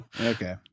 Okay